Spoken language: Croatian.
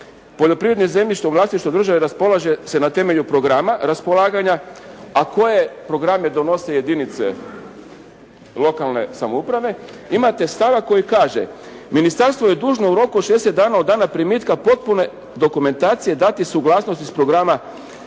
poljoprivrednim zemljištem u vlasništvu države raspolaže se na temelju programa raspolaganja a koje programe donose jedinice lokalne samouprave? Imate stavak koji kaže: «Ministarstvo je dužno od 60 dana od dana primitka potpune dokumentacije dati suglasnost iz programa,